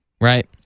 right